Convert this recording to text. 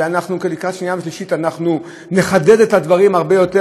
ולקראת שנייה ושלישית אנחנו נחדד את הדברים הרבה יותר,